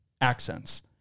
accents